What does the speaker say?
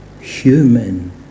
human